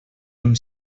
amb